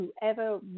whoever